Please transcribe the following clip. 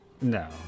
No